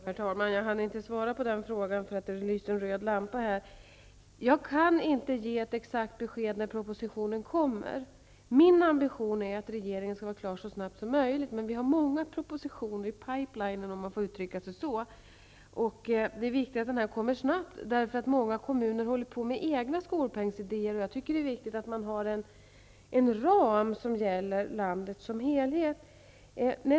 Herr talman! Jag hann inte svara på den frågan i mitt förra inlägg. Jag kan inte ge något exakt besked om när propositionen kommer. Min ambition är att regeringen skall vara klar så snart som möjligt, men vi har många propositioner i pipelinen, om man får uttrycka sig så. Det är viktigt att propositionen kommer snabbt, därför att många kommuner har sina egna skolpengsidéer. Det är viktigt att man har en ram som gäller för landet som helhet.